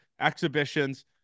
exhibitions